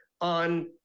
on